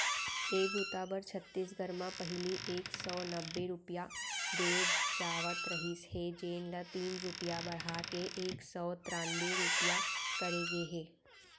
ए बूता बर छत्तीसगढ़ म पहिली एक सव नब्बे रूपिया दे जावत रहिस हे जेन ल तीन रूपिया बड़हा के एक सव त्रान्बे रूपिया करे गे हे